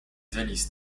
hélices